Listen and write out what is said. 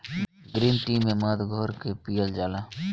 green tea में मध घोर के पियल जाला